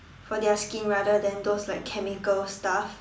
for their skin rather than those like chemical stuff